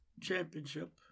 championship